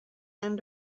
and